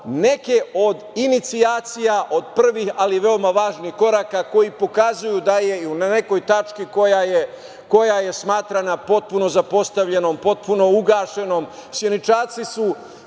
neke od inicijacija, od prvih, ali vrlo važnih koraka koji pokazuju da je na nekoj tački koja je smatrana potpuno zapostavljenom, potpuno ugašenom. Sjeničarci su,